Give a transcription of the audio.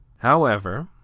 however,